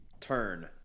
turn